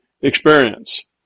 Experience